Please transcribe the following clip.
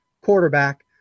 quarterback